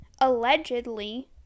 allegedly